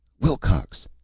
wilcox!